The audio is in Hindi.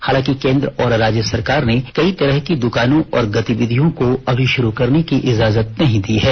हालांकि केंद्र और राज्य सरकार ने कई तरह की दुकानों और गतिविधियों को अभी शुरू करने की इजाजत नहीं दी है